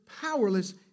powerless